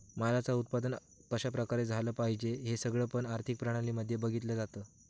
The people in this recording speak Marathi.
मालाच उत्पादन कशा प्रकारे झालं पाहिजे हे सगळं पण आर्थिक प्रणाली मध्ये बघितलं जातं